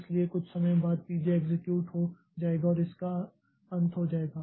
इसलिए कुछ समय बाद P j एक्सेक्यूट हो जाएगा और इसका अंत हो जाएगा